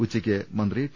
ഉച്ചയ്ക്ക് മന്ത്രി ടി